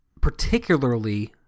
particularly